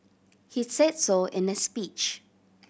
he said so in his speech